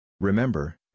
Remember